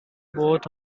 both